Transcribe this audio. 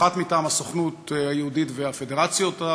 אחת מטעם הסוכנות היהודית והפדרציות,